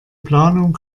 planung